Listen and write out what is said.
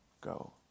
go